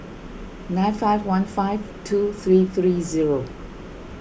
nine five one five two three three zero